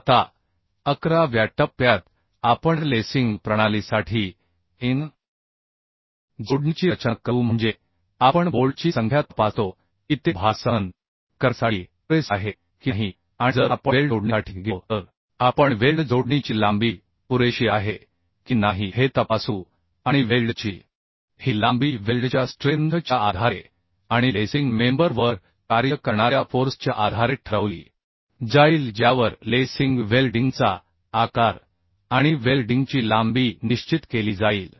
आता 11 व्या टप्प्यात आपण लेसिंग प्रणालीसाठी एन जोडणीची रचना करू म्हणजे आपण बोल्टची संख्या तपासतो की ते भार सहन करण्यासाठी पुरेसे आहे की नाही आणि जर आपण वेल्ड जोडणीसाठी गेलो तर आपण वेल्ड जोडणीची लांबी पुरेशी आहे की नाही हे तपासू आणि वेल्डची ही लांबी वेल्डच्या स्ट्रेंथ च्या आधारे आणि लेसिंग मेंबर वर कार्य करणार्या फोर्स च्या आधारे ठरवली जाईल ज्यावर लेसिंग वेल्डिंगचा आकार आणि वेल्डिंगची लांबी निश्चित केली जाईल